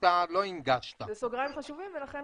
אלה סוגריים חשובים ולכן